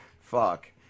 Fuck